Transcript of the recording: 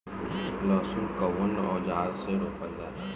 लहसुन कउन औजार से रोपल जाला?